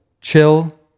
chill